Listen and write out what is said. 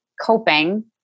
Coping